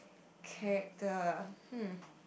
character hmm